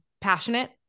passionate